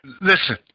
Listen